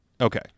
Okay